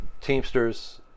Teamsters